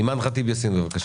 אימאן ח'טיב יאסין, בבקשה.